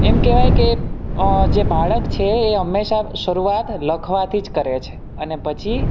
એમ કહેવાય કે જે બાળક છે એ હંમેશા શરૂઆત લખવાથી જ કરે છે અને પછી